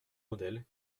modèle